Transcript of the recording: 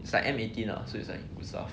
it's like M eighteen lah so it's like good stuffs